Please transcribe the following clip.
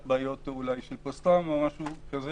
רק בעיות אולי של פוסט טראומה או משהו כזה.